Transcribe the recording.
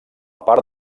part